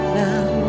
now